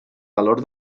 valor